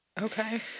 Okay